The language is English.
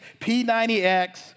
P90X